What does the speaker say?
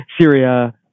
Syria